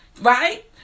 Right